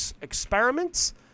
experiments